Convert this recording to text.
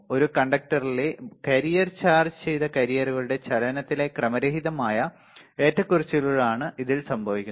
ഒരു കണ്ടക്ടറിലെ carrier charge ചെയ്ത കാരിയറുകളുടെ ചലനത്തിലെ ക്രമരഹിതമായ ഏറ്റക്കുറച്ചിലുകളാണ് ഇത്ൽ സംഭവിക്കുന്നത്